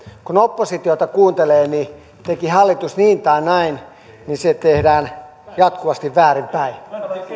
kun oppositiota kuuntelee niin teki hallitus niin tai näin se tehdään jatkuvasti väärinpäin